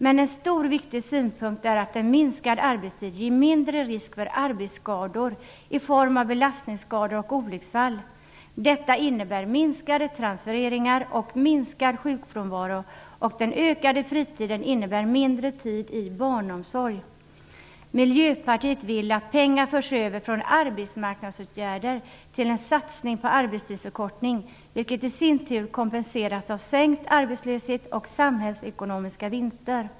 Men en stor och viktig synpunkt är att en minskad arbetstid ger mindre risk för arbetsskador i form av belastningsskador och olycksfall. Detta innebär minskade transfereringar och minskad sjukfrånvaro. Den ökade fritiden innebär mindre tid i barnomsorg. Miljöpartiet vill att pengar förs över från arbetsmarknadsåtgärder till en satsning på arbetstidsförkortning, vilket i sin tur kompenseras av sänkt arbetslöshet och samhällsekonomiska vinster.